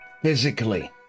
Physically